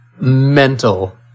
mental